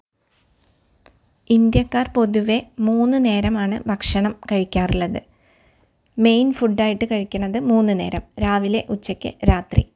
ഇന്ത്യക്കാർ പൊതുവേ മൂന്ന് നേരമാണ് ഭക്ഷണം കഴിക്കാറുള്ളത് മെയിൻ ഫുഡ് കഴിക്കുന്നത് മൂന്ന് നേരം രാവിലെ ഉച്ചയ്ക്ക് രാത്രി